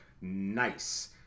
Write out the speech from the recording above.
Nice